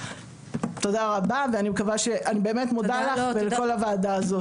תודה רבה, אני באמת מודה לך ולכל הוועדה הזאת.